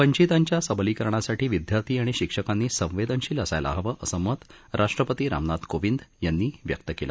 वंचितांच्या सबलीकरणासाठी विदयार्थी आणि शिक्षकांनी संवेदनशील असायला हवं असं मत राष्ट्रपती रामनाथ कोविंद यांनी व्यक्त केलं